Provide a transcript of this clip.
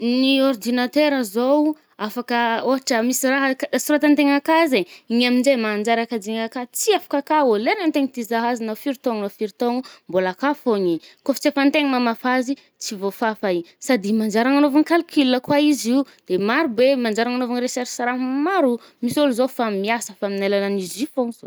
Ny ordinateur zaoo, afaka ôhatra misy raha akà, soratan-tegna akà zay, igny aminje manjary akajiàgna akà. Tsy afaka akào, lera antegna tià izah azy na firy tôgno na firy tôgno, mbôla akà fôgna i. kô fa tsy efa antegna mamafa azy i, tsy vôfafa i. sady manjary ananôvagny calcul koà izio. De maro be, manjary ananôvagna recherche raha maro. Misy ôlo zao fa miasa amin’ny alalan’izio fô zao.